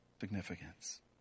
significance